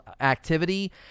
activity